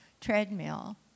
treadmill